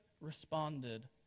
responded